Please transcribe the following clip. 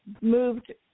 moved